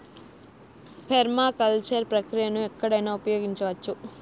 permaculture ప్రక్రియను ఎక్కడైనా ఉపయోగించవచ్చు